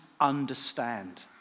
understand